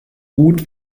gut